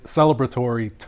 celebratory